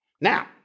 Now